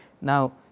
Now